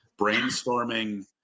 brainstorming